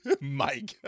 Mike